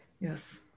Yes